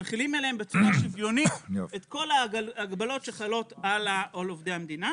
מחילים עליהם בצורה שוויונית את כל ההגבלות שחלות על עובדי המדינה.